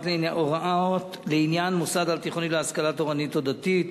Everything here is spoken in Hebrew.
הוראות לעניין מוסד על-תיכוני להשכלה תורנית או דתית),